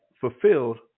fulfilled